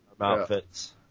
outfits